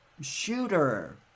shooter